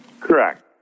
Correct